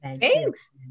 Thanks